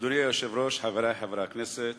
אדוני היושב-ראש, חברי חברי הכנסת,